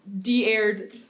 de-aired